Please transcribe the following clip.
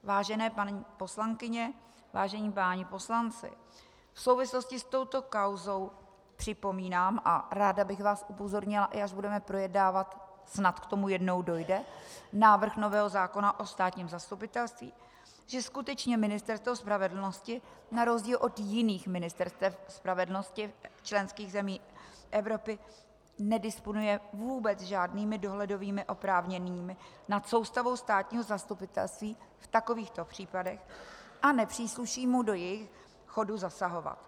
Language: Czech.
Vážené paní poslankyně, vážení páni poslanci, v souvislosti s touto kauzou připomínám, a ráda bych vás upozornila, až budeme projednávat, snad k tomu jednou dojde, návrh nového zákona o státním zastupitelství, že skutečně Ministerstvo spravedlnosti na rozdíl od jiných Ministerstev spravedlnosti členských zemí Evropy nedisponuje vůbec žádnými dohledovými oprávněními nad soustavou státního zastupitelství v takovýchto případech a nepřísluší mu do jejich chodu zasahovat.